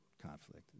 conflict